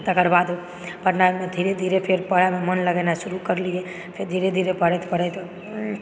तकर बाद पढ़नाइमे धीरे धीरे फेर पढ़ैमे मन लगेनाइ शुरू करलिऐ फेर धीरे धीरे पढ़ैत पढ़ैत